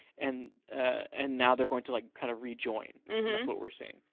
and and now they're going to like, kind of rejoin what we're seeing.